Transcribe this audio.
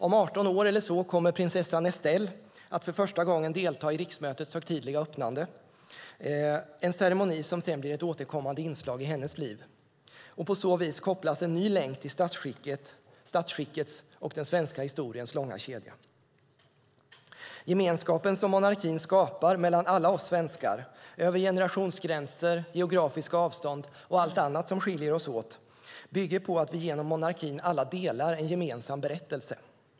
Om 18 år eller så kommer prinsessan Estelle att för första gången delta i riksmötets högtidliga öppnande, en ceremoni som sedan blir ett återkommande inslag i hennes liv. På så vis kopplas en ny länk till statsskickets och den svenska historiens långa kedja. Gemenskapen som monarkin skapar mellan alla oss svenskar, över generationsgränser, geografiska avstånd och allt annat som skiljer oss åt, bygger på att vi genom monarkin alla delar en gemensam berättelse.